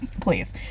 Please